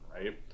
right